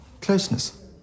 closeness